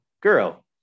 girl